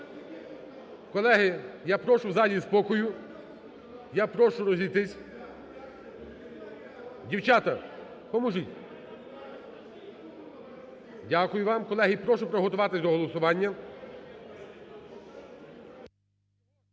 Колеги, я прошу в залі спокою. Я прошу розійтись. Дівчата! Поможіть. Дякую вам. Колеги, прошу приготуватись до голосування.